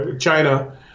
China